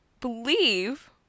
believe